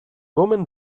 woman